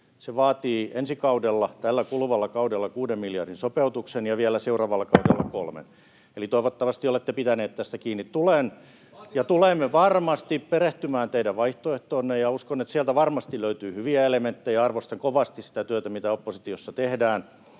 se vaatii ensi kaudella, tällä kuluvalla kaudella, kuuden miljardin sopeutuksen ja vielä seuraavalla kaudella kolmen. Toivottavasti olette pitäneet tästä kiinni. Tulen ja tulemme varmasti perehtymään teidän vaihtoehtoonne, ja uskon, että sieltä varmasti löytyy hyviä elementtejä. Arvostan kovasti sitä työtä, mitä oppositiossa tehdään,